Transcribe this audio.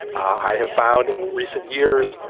i have found in recent years,